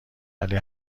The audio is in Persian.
ولی